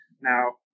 Now